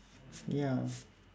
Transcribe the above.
ya